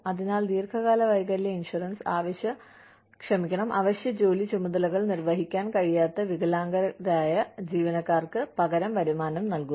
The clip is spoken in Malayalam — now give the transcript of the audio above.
അതിനാൽ ദീർഘകാല വൈകല്യ ഇൻഷുറൻസ് അവശ്യ ജോലി ചുമതലകൾ നിർവഹിക്കാൻ കഴിയാത്ത വികലാംഗരായ ജീവനക്കാർക്ക് പകരം വരുമാനം നൽകുന്നു